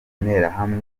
interahamwe